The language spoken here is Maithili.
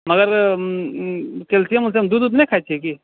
मगर कैल्सियम ऊल्सियम दूध ऊध नहि खाइ छियै की